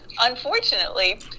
unfortunately